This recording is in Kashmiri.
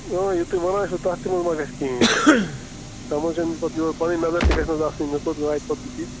یُہ تُہۍ وَنان چھُو تہِ تَتھ منٛز تہِ ما گژھِ کہیٖنۍ تتھ منٛز چھِنہٕ یِوان پَنٕنۍ نظر تہ گژھِ نہ حظ آسٕنۍ مےٚ کوٚت واتہِ پتہٕ بُتھِ یہِ